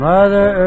Mother